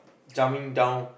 jumping down